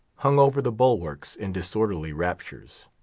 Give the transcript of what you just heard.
hung over the bulwarks in disorderly raptures.